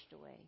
away